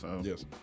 Yes